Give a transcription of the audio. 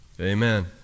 Amen